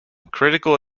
critical